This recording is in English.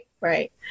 right